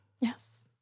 Yes